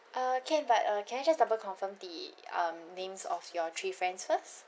uh can but uh can I just double confirm the um names of your three friends first